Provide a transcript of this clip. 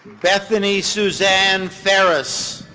bethany suzanne farris.